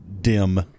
dim